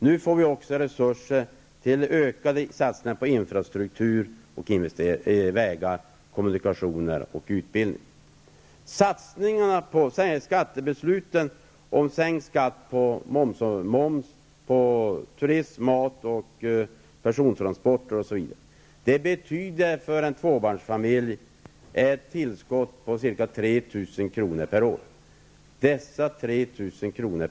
Nu får vi också resurser till ökade satsningar på infrastruktur, vägar, kommunikationer och utbildning. Skattebesluten om sänkt moms samt sänkt skatt på turism, mat och persontransporter betyder för en tvåbarnsfamilj ett tillskott på ca 3 000 kr. per år. Dessa 3 000 kr.